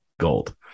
gold